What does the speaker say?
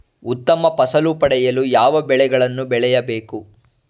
ಉತ್ತಮ ಫಸಲು ಪಡೆಯಲು ಯಾವ ಬೆಳೆಗಳನ್ನು ಬೆಳೆಯಬೇಕು?